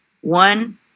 One